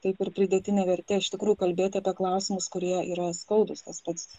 taip ir pridėtinė vertė iš tikrųjų kalbėti apie klausimus kurie yra skaudūs tas pats o